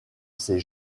ces